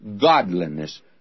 godliness